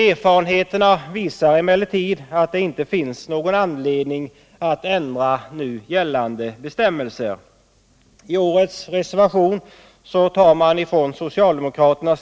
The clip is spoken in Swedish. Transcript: Erfarenheterna visar emellertid att det inte finns någon anledning att ändra nu gällande bestämmelser. I årets reservation tar socialdemokraterna